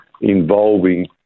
involving